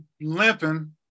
limping